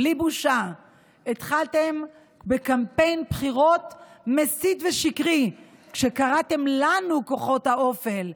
בלי בושה התחלתם בקמפיין בחירות מסית ושקרי כשקראתם לנו כוחות האופל.